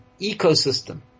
ecosystem